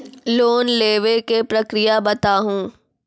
Loan लेवे के प्रक्रिया बताहू?